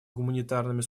гуманитарными